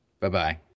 Bye-bye